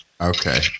Okay